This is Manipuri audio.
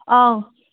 ꯑꯥ